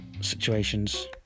situations